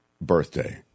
birthday